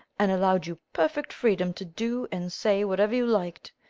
and allowed you perfect freedom to do and say whatever you liked,